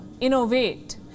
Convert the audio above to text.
innovate